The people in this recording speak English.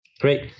Great